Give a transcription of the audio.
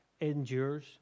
endures